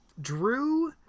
drew